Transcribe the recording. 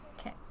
Okay